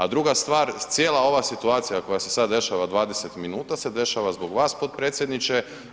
A druga stvar, cijela ova situacija koja se sada dešava 20 minuta se dešava zbog vas potpredsjedniče.